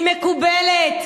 היא מקובלת.